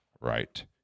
right